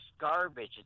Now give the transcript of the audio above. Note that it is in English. garbage